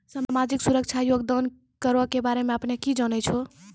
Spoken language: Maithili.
समाजिक सुरक्षा योगदान करो के बारे मे अपने कि जानै छो?